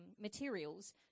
materials